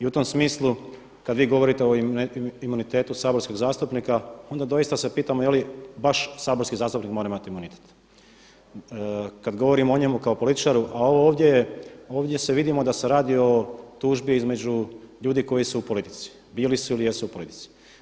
I u tom smislu kad vi govorite o imunitetu saborskih zastupnika onda doista se pitam je li baš saborski zastupnik mora imati imunitet kad govorimo o njemu kao političaru a ovo ovdje vidimo da se radi o tužbi između ljudi koji su u politici, bili su ili jesu u politici.